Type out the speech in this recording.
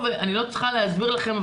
אני לא צריכה להסביר לכם,